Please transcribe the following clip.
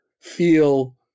feel